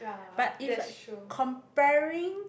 but if like comparing